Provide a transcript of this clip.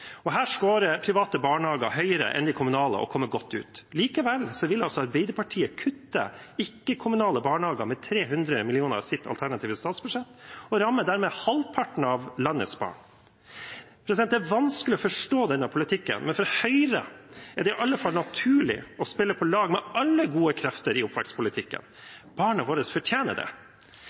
Her skårer private barnehager høyere enn de kommunale og kommer godt ut. Likevel vil altså Arbeiderpartiet kutte ikke-kommunale barnehager med 300 mill. kr i sitt alternative statsbudsjett, og rammer dermed halvparten av landets barn. Det er vanskelig å forstå denne politikken, men for Høyre er det i alle fall naturlig å spille på lag med alle gode krefter i oppvekstpolitikken. Barna våre fortjener det.